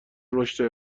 رشد